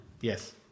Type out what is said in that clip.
Yes